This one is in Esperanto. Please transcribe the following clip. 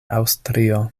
aŭstrio